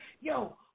Yo